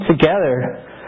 together